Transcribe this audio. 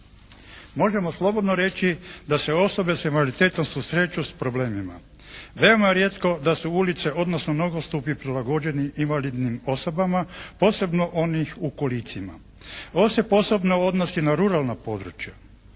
Možemo slobodno reći da se osobe s invaliditetom susreću s problemima. Veoma je rijetko da su ulice odnosno nogostupi prilagođeni invalidnim osobama posebno onih u kolicima. Ovo se posebno odnosi na ruralna područja.